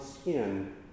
skin